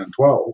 2012